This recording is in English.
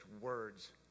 words